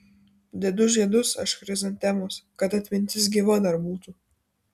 dedu žiedus aš chrizantemos kad atmintis gyva dar būtų